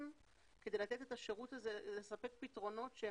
כדי לתת את השירות הזה ולספק פתרונות.